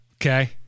okay